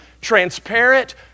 transparent